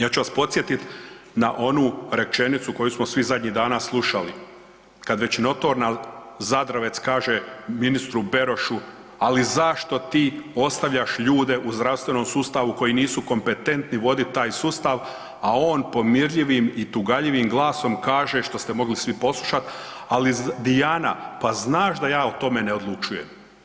Ja ću vas podsjetit na onu rečenicu koju smo svi zadnjih danas slušali, kada već notorna Zadravec kaže ministru Berošu, ali zašto ti ostavljaš ljude u zdravstvenom sustavu koji nisu kompetentni voditi taj sustav, a on pomirljivim i tugaljivim glasom kaže, što ste svi mogli svi poslušat, ali Dijana pa znaš da ja o tome ne odlučujem.